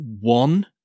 one